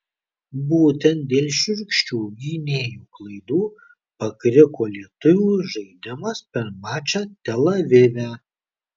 būtent dėl šiurkščių gynėjų klaidų pakriko lietuvių žaidimas per mačą tel avive